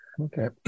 Okay